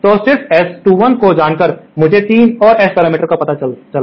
तो सिर्फ S21 को जानकर मुझे 3 और S पैरामीटर का पता चला